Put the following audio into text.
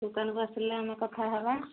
ଦୋକାନକୁ ଆସିଲେ ଆମେ କଥା ହେବା